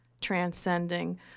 transcending